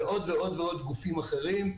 ועוד ועוד ועוד גופים אחרים.